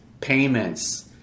payments